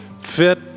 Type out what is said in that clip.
fit